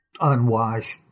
unwashed